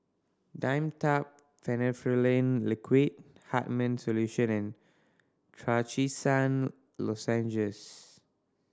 Dimetapp Phenylephrine Liquid Hartman's Solution and Trachisan Lozenges